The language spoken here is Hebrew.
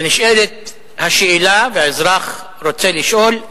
ונשאלת השאלה, והאזרח רוצה לשאול,